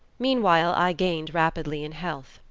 meanwhile i gained rapidly in health.